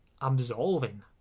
absolving